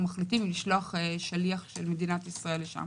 מחליטים לשלוח שליח של מדינת ישראל לשם.